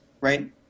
right